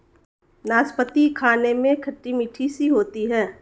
नाशपती खाने में खट्टी मिट्ठी सी होती है